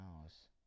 house